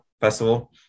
festival